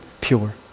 pure